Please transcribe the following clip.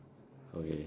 okay